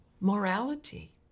morality